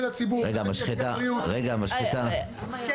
כשאתה מסיר רישיון עסק מאולם,